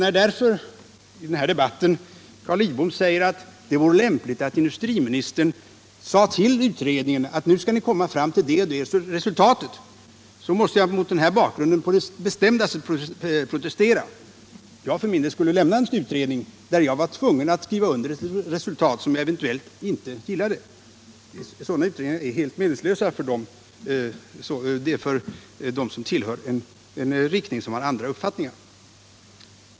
När därför Carl Lidbom i sitt anförande säger att det vore lämpligt att industriministern anmodade utredningen att komma fram till det ena eller andra resultatet, då måste jag på det bestämdaste protestera. Jag skulle för min del lämna en utredning där jag var tvungen att skriva under ett resultat som jag eventuellt inte gillade. Sådana utredningar skulle vara helt meningslösa för dem som omfattar en inriktning med avvikande uppfattning.